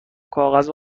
کاغذ